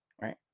right